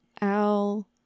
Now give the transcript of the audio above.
Al